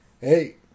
Hey